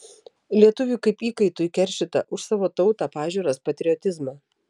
lietuviui kaip įkaitui keršyta už savo tautą pažiūras patriotizmą